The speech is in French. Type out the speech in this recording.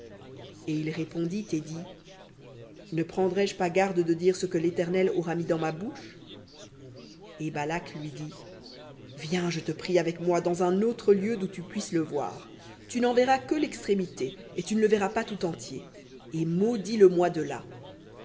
et il répondit et dit ne prendrai-je pas garde de dire ce que l'éternel aura mis dans ma bouche et balak lui dit viens je te prie avec moi dans un autre lieu d'où tu puisses le voir tu n'en verras que l'extrémité et tu ne le verras pas tout entier et maudis le moi de là